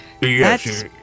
Yes